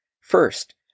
First